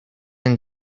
and